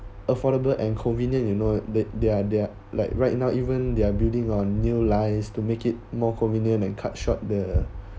affordable and convenient you know that they're they're like right now even they're building on new lines to make it more convenient and cut short the